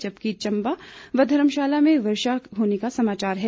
जबकि चंबा व धर्मशाला में वर्षा होने का समाचार है